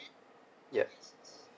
ya